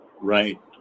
right